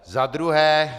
Za druhé.